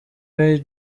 rae